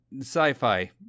sci-fi